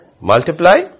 Multiply